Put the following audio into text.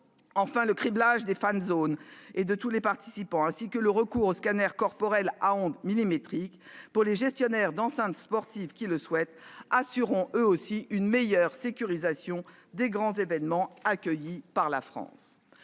Enfin, le criblage des fan zones et de tous les participants, ainsi que l'autorisation du recours aux scanners corporels à ondes millimétriques pour les gestionnaires d'enceintes sportives qui le souhaitent, assureront eux aussi une meilleure sécurisation des grands événements accueillis par la France.